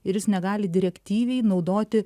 ir jis negali direktyvai naudoti